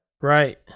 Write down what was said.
Right